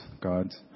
gods